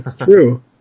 True